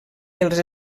els